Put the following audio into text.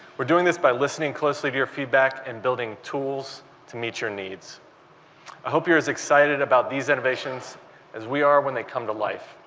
we're doing this by listening closely to your feedback and building tools to meet your needs. i hope you're as excite ed about these innovations as we are when they come to life,